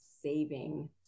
saving